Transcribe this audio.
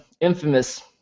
infamous